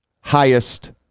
highest